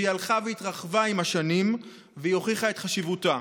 והיא הלכה והתרחבה עם השנים והוכיחה את חשיבותה.